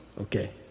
okay